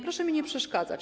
Proszę mi nie przeszkadzać.